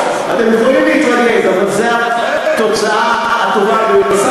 אתם יכולים להתרגז אבל זאת התוצאה הטובה ביותר.